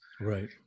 right